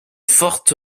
forte